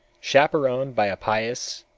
chaperoned by a pious,